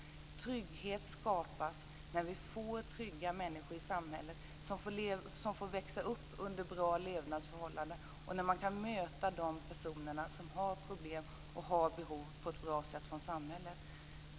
Trygghet skapas när vi får trygga människor i samhället som får växa upp under bra levnadsförhållanden och när man från samhället kan möta de människor som har problem och behov på ett bra sätt.